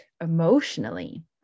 emotionally